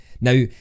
Now